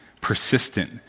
Persistent